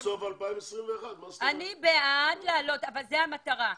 עד סוף 2021. אני בעד להעלות, זו המטרה.